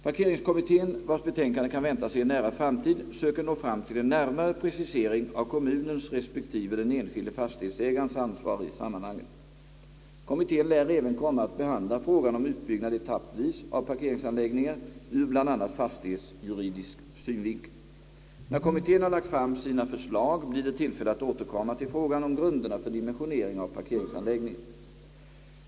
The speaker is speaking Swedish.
Parkeringskommittén, vars betänkande kan väntas i en nära framtid, söker nå fram till en närmare precisering av kommunens resp. den enskilde fastighetsägarens ansvar i sammanhanget. Kommittén lär även komma att behandla frågan om utbyggnad etappvis av parkeringsanläggningar ur bl.a. fastighetsjuridisk synvinkel. När kommittén har lagt fram sina förslag blir det tillfälle att återkomma till frågan om grunderna för dimensionering av parkeringsanläggningar.